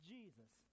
Jesus